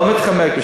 לא מתחמק.